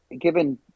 given